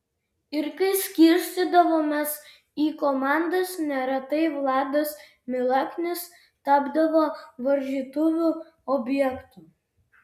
ir kai skirstydavomės į komandas neretai vladas milaknis tapdavo varžytuvių objektu